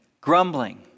Grumbling